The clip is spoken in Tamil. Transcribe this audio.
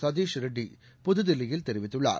சதீஷ் ரெட்டி புதுதில்லியில் தெரிவித்துள்ளார்